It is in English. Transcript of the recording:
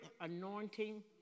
anointing